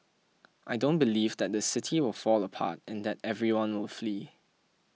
I don't believe that the city will fall apart and that everyone will flee